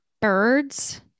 Birds